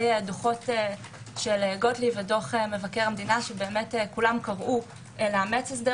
דוחות של גוטליב ודוח מבקר המדינה שכולם קבעו לאמץ הסדר